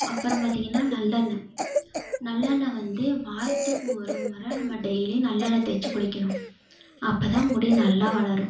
அப்புறம் பார்த்திங்கனா நல்லெண்ணய் நல்லெண்ணய் வந்து வாரத்துக்கு ஒரு முறை நம்ம டெய்லியும் நல்லெண்ணய் தேய்ச்சி குளிக்கணும் அப்போ தான் முடி நல்லா வளரும்